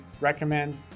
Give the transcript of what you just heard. recommend